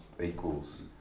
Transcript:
equals